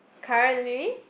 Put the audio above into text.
currently